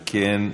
אם כן,